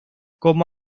como